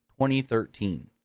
2013